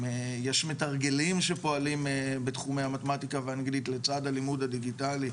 אם יש מתרגלים שפועלים בתחומי המתמטיקה והאנגלית לצד הלימוד הדיגיטלי,